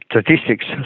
statistics